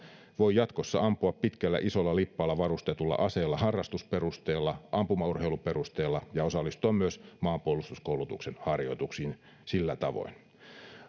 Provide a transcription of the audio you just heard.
voi jatkossa ampua pitkällä isolla lippaalla varustetulla aseella harrastusperusteella ampumaurheiluperusteella ja osallistua myös maanpuolustuskoulutuksen harjoituksiin sillä tavoin